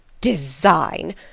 Design